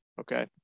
Okay